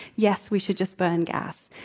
yes, we should just burn gas.